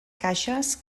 caixes